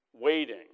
waiting